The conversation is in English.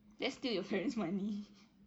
that's still your parents money